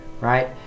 right